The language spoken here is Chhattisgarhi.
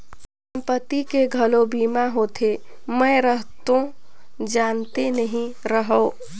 संपत्ति के घलो बीमा होथे? मे हरतो जानते नही रहेव